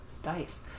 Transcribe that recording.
dice